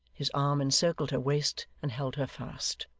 his arm encircled her waist, and held her fast.